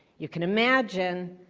you can imagine